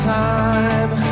time